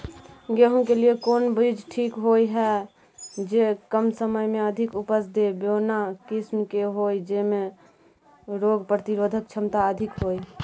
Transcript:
गेहूं के लिए कोन बीज ठीक होय हय, जे कम समय मे अधिक उपज दे, बौना किस्म के होय, जैमे रोग प्रतिरोधक क्षमता अधिक होय?